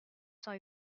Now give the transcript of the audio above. cent